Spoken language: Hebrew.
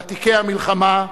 ותיקי המלחמה,